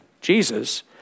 Jesus